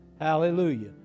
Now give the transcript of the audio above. Hallelujah